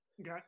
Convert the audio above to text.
Okay